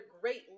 great